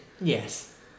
Yes